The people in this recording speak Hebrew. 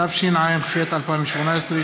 התשע"ח 2018,